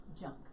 junk